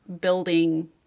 building